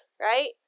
right